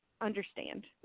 understand